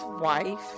wife